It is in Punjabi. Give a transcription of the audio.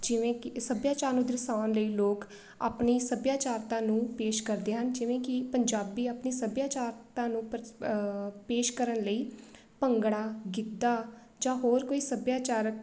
ਜਿਵੇਂ ਕਿ ਸੱਭਿਆਚਾਰ ਨੂੰ ਦਰਸਾਉਣ ਲਈ ਲੋਕ ਆਪਣੀ ਸੱਭਿਆਚਾਰਤਾ ਨੂੰ ਪੇਸ਼ ਕਰਦੇ ਹਨ ਜਿਵੇਂ ਕਿ ਪੰਜਾਬੀ ਆਪਣੀ ਸੱਭਿਆਚਾਰਕਤਾ ਨੂੰ ਪ ਪੇਸ਼ ਕਰਨ ਲਈ ਭੰਗੜਾ ਗਿੱਧਾ ਜਾਂ ਹੋਰ ਕੋਈ ਸੱਭਿਆਚਾਰਕ